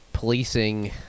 policing